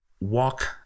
Walk